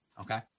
Okay